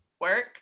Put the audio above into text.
work